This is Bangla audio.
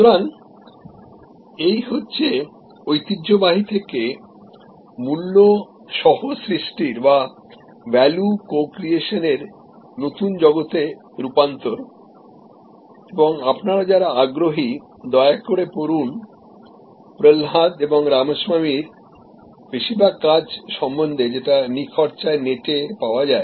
সুতরাং এই হচ্ছে ঐতিহ্যবাহী থেকেমূল্য সহ সৃষ্টির বা ভ্যালু কো ক্রিয়েশন এরনতুন জগতে রূপান্তর এবং আপনারাযারা আগ্রহী দয়া করে পড়ুন প্রহ্লাদ এবং রামস্বামীর বেশিরভাগ কাজ সমন্ধে যেটানিখরচায় নেটে পাওয়া যায়